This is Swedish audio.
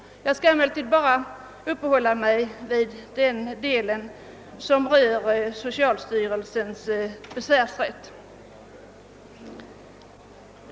Jag skall emellertid nu bara uppehålla mig vid den del i motionsyrkandet som rör socialstyrelsens besvärsrätt.